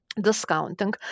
discounting